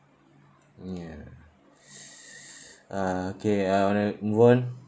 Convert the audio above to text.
ya ah okay I want to move on